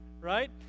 right